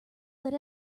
that